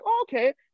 okay